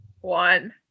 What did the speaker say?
one